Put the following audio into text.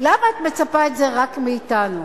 למה את מצפה רק מאתנו?